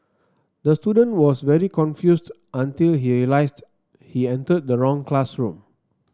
the student was very confused until he realised he entered the wrong classroom